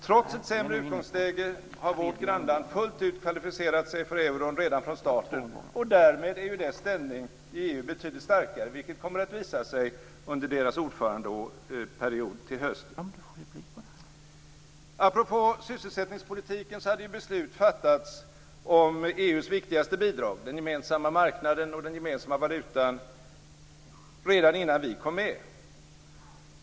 Trots sämre utgångsläge har vårt grannland fullt ut kvalificerat sig för euron redan från starten, och därmed är Finlands ställning i EU betydligt starkare, vilket kommer att visa sig under deras ordförandeperiod till hösten. Apropå sysselsättningspolitiken hade beslut fattats om EU:s viktigaste bidrag, den gemensamma marknaden och den gemensamma valutan, redan innan vi kom med.